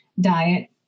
diet